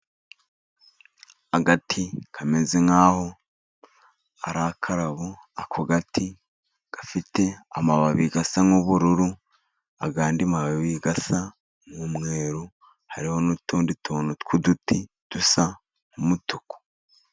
Agati kameze nkaho ari akarabo; ako gati gafite amababi asa nk' ubururu, andi mababi asa nk' umweru hariho n' utundi tuntu tw' uduti dusa nk' umutuku.